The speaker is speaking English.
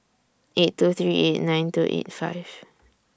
eight two three eight nine two eight five